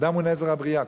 אדם הוא נזר הבריאה,